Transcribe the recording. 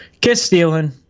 kiss-stealing